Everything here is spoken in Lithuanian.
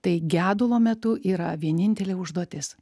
tai gedulo metu yra vienintelė užduotis